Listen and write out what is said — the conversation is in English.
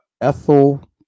Ethel